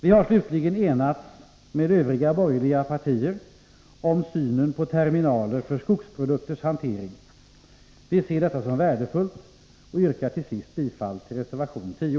Vi har också enats med övriga borgerliga partier om synen på terminaler för skogsprodukters hantering. Vi ser detta som värdefullt, och jag yrkar till sist bifall till reservation 10.